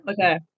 Okay